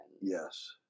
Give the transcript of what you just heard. Yes